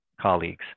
colleagues